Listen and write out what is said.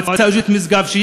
מועצה אזורית משגב,